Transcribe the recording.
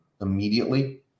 immediately